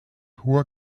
hoher